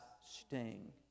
sting